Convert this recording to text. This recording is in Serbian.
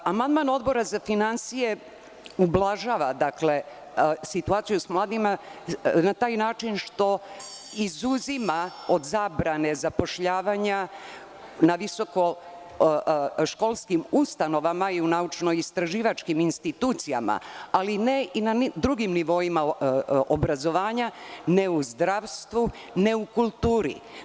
Amandman Odbora za finansije ublažava situaciju s mladima na taj način što izuzima od zabrane zapošljavanja na visokoškolskim ustanovama i u naučno-istraživačkim institucijama, ali ne i na drugim nivoima obrazovanja, ne u zdravstvu, ne u kulturi.